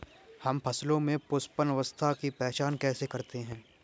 हम फसलों में पुष्पन अवस्था की पहचान कैसे करते हैं?